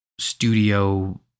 studio